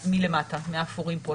מלמטה, מאפורים פה.